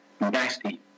nasty